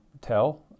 tell